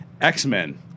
X-Men